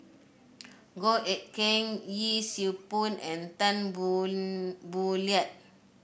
Goh Eck Kheng Yee Siew Pun and Tan Boon Boo Liat